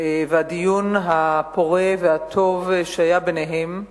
והדיון הפורה והטוב שהיה ביניהם,